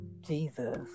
Jesus